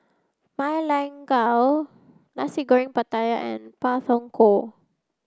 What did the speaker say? Ma Lai Gao Nasi Goreng Pattaya and Pak Thong Ko